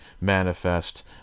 manifest